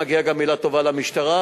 מגיעה גם מלה טובה למשטרה,